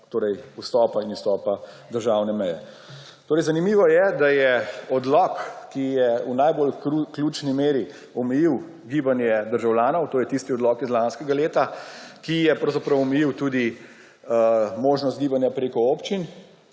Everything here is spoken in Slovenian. torej vstopa in izstopa, državne meje. Zanimivo je, da je odlok, ki je v najbolj ključni meri omejil gibanje državljanov, to je tisti odlok iz lanskega leta, ki je pravzaprav omejil tudi možnost gibanja preko občin,